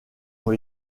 ont